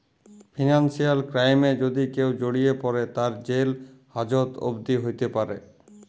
financial ক্রাইমে যদি কেউ জড়িয়ে পরে, তার জেল হাজত অবদি হ্যতে প্যরে